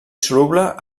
soluble